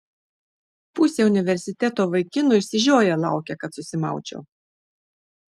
pusė universiteto vaikinų išsižioję laukia kad susimaučiau